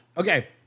Okay